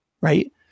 right